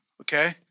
Okay